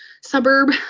suburb